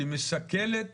היא מסכלת